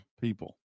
people